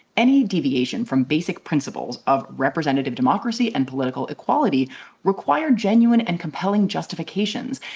any deviation from basic principles of representative democracy and political equality require genuine and compelling justifications.